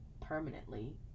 permanently